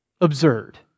absurd